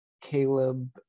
Caleb